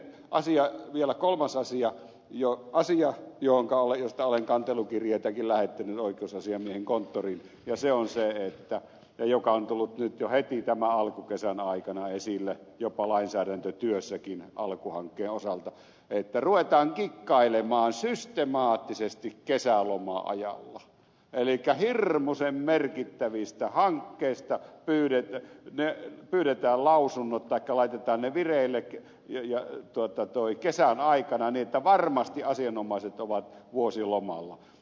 sitten vielä kolmas asia asia josta olen kantelukirjeitäkin lähettänyt oikeusasiamiehen konttoriin ja joka on tullut nyt jo heti tämän alkukesän aikana esille jopa lainsäädäntötyössäkin alkuhankkeen osalta että ruvetaan kikkailemaan systemaattisesti kesäloma ajalla elikkä hirmuisen merkittävistä hankkeista pyydetään lausunnot taikka laitetaan ne vireille kesän aikana niin että varmasti asianomaiset ovat vuosilomalla